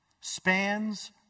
Spans